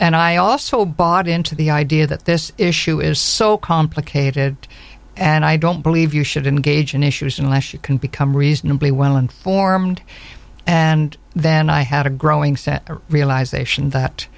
and i also bought into the idea that this issue is so complicated and i don't believe you should engage in issues unless you can become reasonably well informed and then i had a growing set